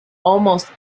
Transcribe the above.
almost